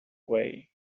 way